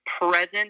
present